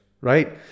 right